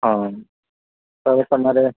હં તો હવે તમારે